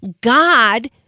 God